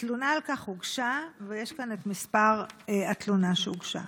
תלונה על כך הוגשה, ויש כאן מספר התלונה שהוגשה.